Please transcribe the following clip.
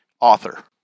author